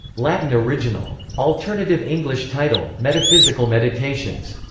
latin original. alternative english title metaphysical meditations.